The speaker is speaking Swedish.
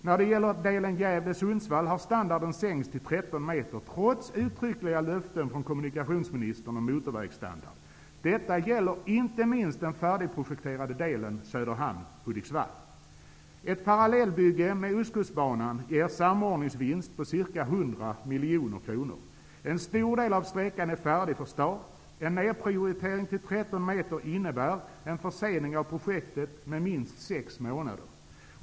När det gäller delen meter, trots uttryckliga löften från kommunikationsministern om motorvägsstandard. Detta gäller inte minst den färdigprojekterade delen Söderhamn--Hudiksvall. Ett parallellbygge med Ostkustbanan ger en samordningsvinst på ca 100 miljoner kronor. En stor del av sträckan är färdig för start. En nerprioritering till 13 meter innebär en försening av projektet med minst sex månader.